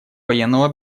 военного